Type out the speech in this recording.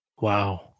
Wow